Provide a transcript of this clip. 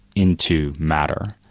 into matter.